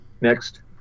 Next